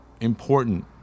important